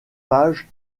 page